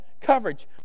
coverage